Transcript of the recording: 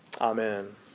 Amen